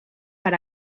per